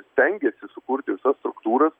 stengiasi sukurti visas struktūras